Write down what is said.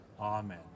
Amen